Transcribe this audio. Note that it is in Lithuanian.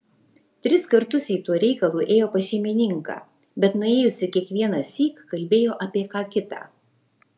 tris kartus ji tuo reikalu ėjo pas šeimininką bet nuėjusi kiekvienąsyk kalbėjo apie ką kita